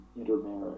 intermarriage